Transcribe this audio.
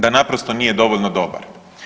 Da naprosto nije dovoljno dobar.